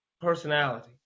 personality